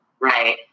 Right